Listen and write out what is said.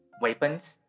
weapons